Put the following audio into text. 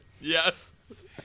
Yes